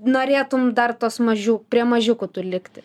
norėtum dar tos mažiu prie mažiukų tų likti